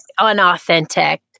unauthentic